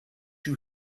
you